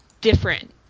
different